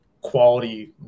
quality